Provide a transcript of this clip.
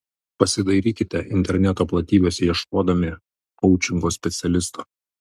pasidairykite interneto platybėse ieškodami koučingo specialisto